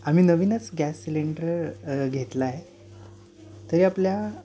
आम्ही नवीनच gas cylinder घेतला आहे तरी आपल्या